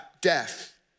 death